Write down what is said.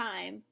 time